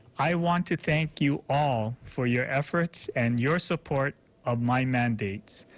i want to thank you all for your efforts and your support of my mandates.